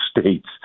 States